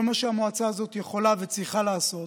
כל מה שהמועצה הזאת יכולה וצריכה לעשות